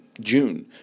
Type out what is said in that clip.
June